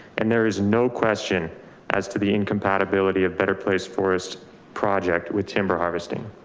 and there is no question as to the, in compatibility of better place forest project with timber harvesting